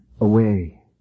away